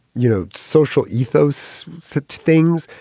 you know, social ethos sets things,